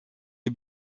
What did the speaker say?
est